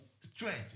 strange